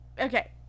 Okay